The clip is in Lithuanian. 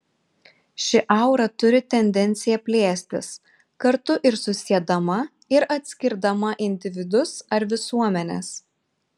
ši aura turi tendenciją plėstis kartu ir susiedama ir atskirdama individus ar visuomenes